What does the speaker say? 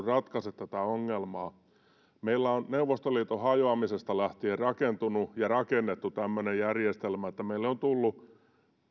ratkaise tätä ongelmaa meillä on neuvostoliiton hajoamisesta lähtien rakentunut ja rakennettu tämmöinen järjestelmä että meille on tullut